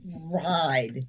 ride